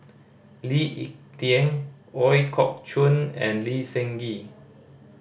Lee Ek Tieng Ooi Kok Chuen and Lee Seng Gee